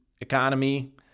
economy